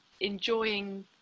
enjoying